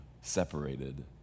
separated